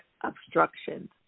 obstructions